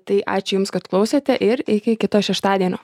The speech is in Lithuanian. tai ačiū jums kad klausėte ir iki kito šeštadienio